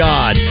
God